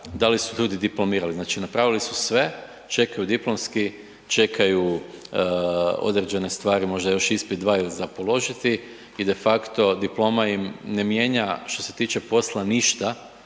da li su ljudi diplomirali? Znači napravili su sve, čekaju diplomski, čekaju određene stvari, možda još ispit dva za položiti i de facto diploma im ne mijenja što se tiče posla ništa,